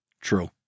True